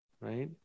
right